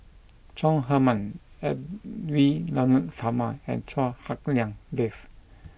Chong Heman Edwy Lyonet Talma and Chua Hak Lien Dave